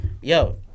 Yo